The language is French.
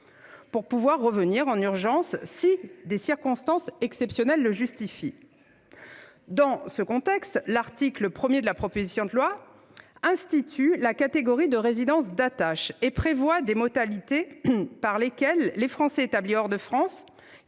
de pouvoir revenir en urgence si des circonstances exceptionnelles le justifiaient. Ainsi, l'article 1 institue la catégorie de résidence d'attache et prévoit les modalités par lesquelles les Français établis hors de France